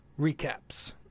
recaps